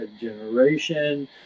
generation